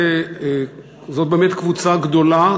זאת באמת קבוצה גדולה,